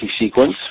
sequence